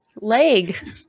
leg